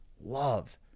love